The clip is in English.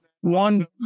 one